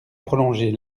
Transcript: prolonger